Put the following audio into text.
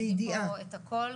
מציגים פה את הכול,